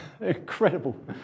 Incredible